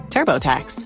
TurboTax